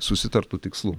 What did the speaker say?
susitartų tikslų